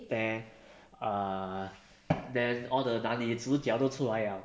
then err then all the 男女主角都出来 liao